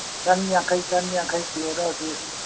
ꯆꯅꯤ ꯌꯥꯡꯈꯩ ꯆꯅꯤ ꯌꯥꯡꯈꯩ ꯀꯤꯂꯣꯗ ꯍꯧꯖꯤꯛ